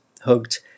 hugged